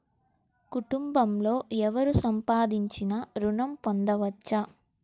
కుటుంబంలో ఎవరు సంపాదించినా ఋణం పొందవచ్చా?